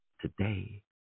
Today